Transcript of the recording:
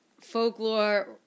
folklore